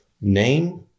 name